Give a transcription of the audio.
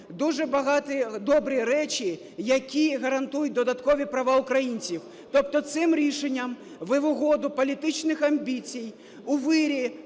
дуже багато добрих речей, які гарантують додаткові права українців. Тобто цим рішенням ви, в угоду політичних амбіцій, у вирі